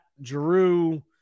Drew